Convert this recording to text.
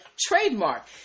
trademark